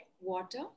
water